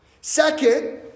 Second